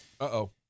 Uh-oh